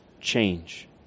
change